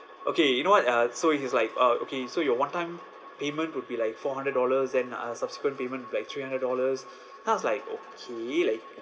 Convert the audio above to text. okay you know what uh so he's like oh okay so your one time payment would be like four hundred dollars and uh subsequent payment will be like three hundred dollars then I was like okay like